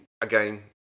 again